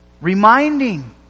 Reminding